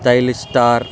stylish star